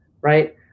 right